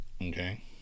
Okay